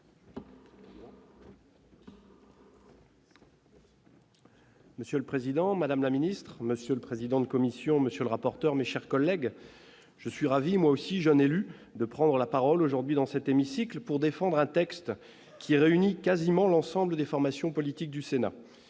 Monsieur le Président, Madame la Ministre, Monsieur le président de commission, monsieur le rapporteur, mes chers collègues, je suis ravi, moi aussi, jeune élu de prendre la parole aujourd'hui dans cet hémicycle pour défendre un texte qui réunit quasiment l'ensemble des formations politiques du Sénat,